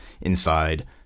inside